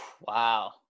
Wow